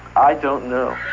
i don't know.